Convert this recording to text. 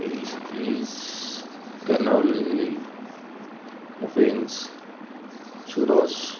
pastries cannoli muffins churros